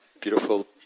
beautiful